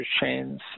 chains